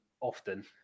Often